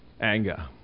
anger